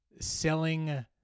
selling